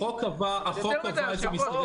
החוק קבע את המסגרת.